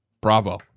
Bravo